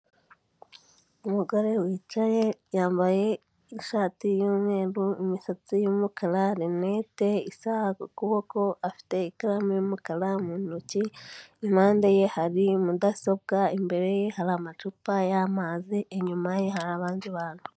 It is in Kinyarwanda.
Umugore wicaye yambaye ishati y'umweru, imisatsi y'umukara linete, isaha ku kuboko, afite ikaramu y'umukara mu ntoki, impande ye hari mudasobwa, imbere ye hari amacupa y'amazi, inyuma ye hari abandi bantu.